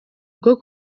rwo